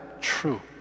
true